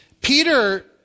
Peter